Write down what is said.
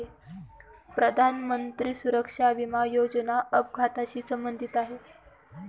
प्रधानमंत्री सुरक्षा विमा योजना अपघाताशी संबंधित आहे